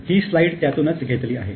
हि स्लाईड त्यातूनच घेतली आहे